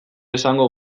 esango